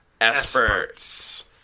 experts